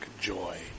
joy